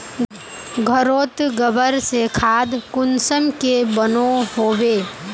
घोरोत गबर से खाद कुंसम के बनो होबे?